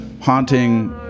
Haunting